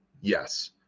yes